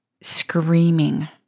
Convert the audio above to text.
screaming